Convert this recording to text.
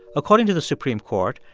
according to the supreme court,